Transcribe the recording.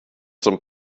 zum